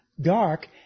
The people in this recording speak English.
dark